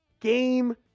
Game